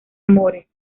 amores